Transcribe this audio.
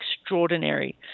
extraordinary